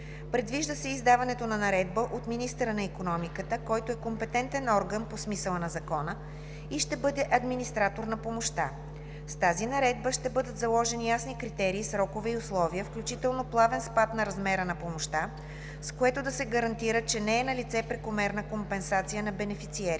Предвижда се издаването на наредба от министъра на икономиката, който е компетентен орган по смисъла на Закона и ще бъде администратор на помощта. С тази наредба ще бъдат заложени ясни критерии, срокове и условия, включително плавен спад на размера на помощта, с което да се гарантира, че не е налице прекомерна компенсация на бенефициерите.